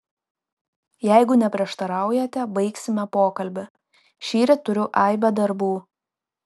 jeigu neprieštaraujate baigsime pokalbį šįryt turiu aibę darbų